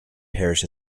parish